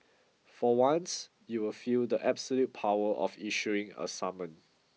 for once you'll feel the absolute power of issuing a summon